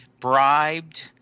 bribed